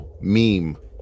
meme